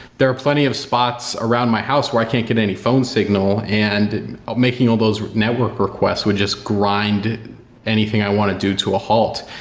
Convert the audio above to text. there are plenty of spots around my house where i can't get any phone signal and making all those network requests would just grind anything i want to do to a halt.